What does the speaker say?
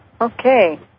Okay